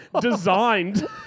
designed